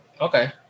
Okay